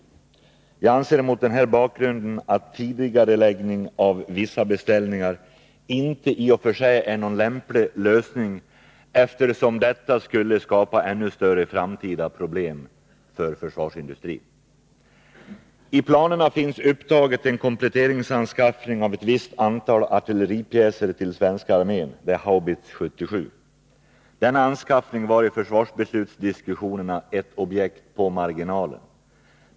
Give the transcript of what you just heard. Jag anser mot denna bakgrund att tidigareläggning av vissa beställningar inte är någon lämplig lösning, eftersom detta skulle skapa ännu större framtida problem för försvarsindustrin. I planerna finns upptaget en kompletteringsanskaffning av ett visst antal artilleripjäser till svenska armén . Denna anskaffning var i försvarsbeslutsdiskussionerna ett objekt på marginalen.